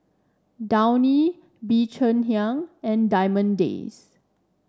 Downy Bee Cheng Hiang and Diamond Days